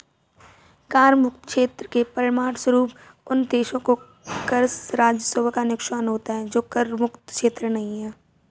कर मुक्त क्षेत्र के परिणामस्वरूप उन देशों को कर राजस्व का नुकसान होता है जो कर मुक्त क्षेत्र नहीं हैं